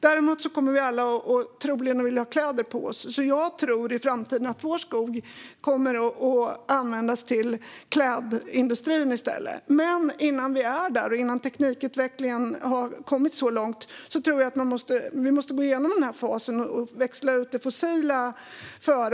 Däremot kommer vi alla troligen att vilja ha kläder på oss, så jag tror att vår skog i framtiden kommer att användas till klädindustrin i stället. Men innan vi är där och innan teknikutvecklingen har kommit så långt tror jag att vi måste gå igenom den här fasen och växla ut det fossila.